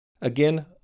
Again